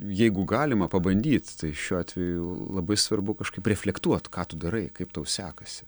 jeigu galima pabandyt tai šiuo atveju labai svarbu kažkaip reflektuot ką tu darai kaip tau sekasi